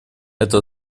это